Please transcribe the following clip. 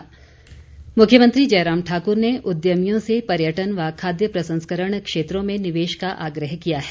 मुख्यमंत्री मुख्यमंत्री जयराम ठाक्र ने उद्यमियों से पर्यटन व खाद्य प्रसंस्करण क्षेत्रों में निवेश का आग्रह किया है